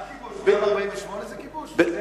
גם 48' זה כיבוש?